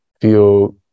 feel